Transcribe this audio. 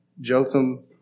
Jotham